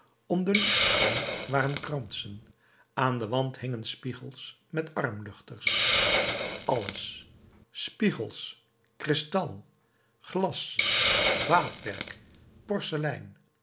om de lichtkroon waren kransen aan den wand hingen spiegels met armluchters alles spiegels kristal glas vaatwerk porselein